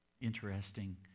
Interesting